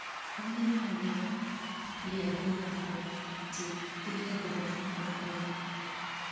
ᱩᱱᱫᱤᱱ ᱠᱷᱚᱱᱜᱮ ᱞᱟᱹᱭ ᱟᱹᱜᱩ ᱠᱟᱫᱟ ᱠᱚ ᱡᱮ ᱛᱤᱨᱞᱟᱹ ᱠᱚᱫᱚ ᱚᱲᱟᱜ ᱨᱮ